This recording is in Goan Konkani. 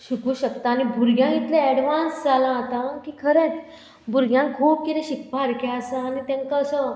शिकूं शकता आनी भुरग्यांक इतलें एडवांस जालां आतां की खरेंच भुरग्यांक खूब कितें शिकपा सारकें आसा आनी तेंकां असो